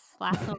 last